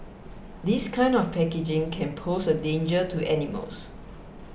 this kind of packaging can pose a danger to animals